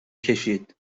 کشید